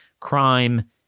crime